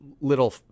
little